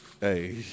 Hey